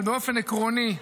אבל באופן עקרוני,